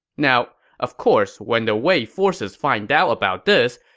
now, of course, when the wei forces find out about this,